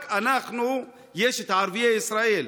רק אצלנו יש את ערביי ישראל.